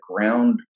ground